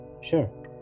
Sure